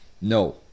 no